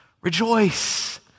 Rejoice